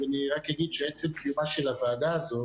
אני רק אגיד שעצם קיומה של הוועדה הזאת